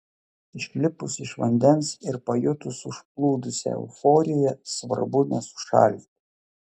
išlipus iš vandens ir pajutus užplūdusią euforiją svarbu nesušalti